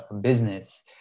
business